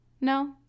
No